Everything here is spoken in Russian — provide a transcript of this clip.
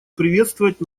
приветствовать